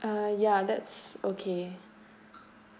ah ya that's okay